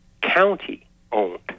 county-owned